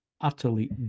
utterly